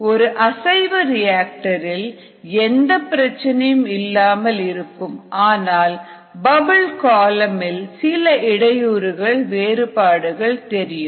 ஒரு அசைவு ரியாக்டர் இல் எந்த பிரச்சனையும் இல்லாமல் இருக்கும் ஆனால் பபிள் காலம் இல் சில இடையூறுகளால் வேறுபாடுகள் தெரியும்